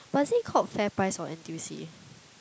but is it called FairPrice or N_T_U_C